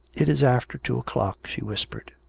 it is after two o'clock she whispered.